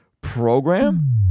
program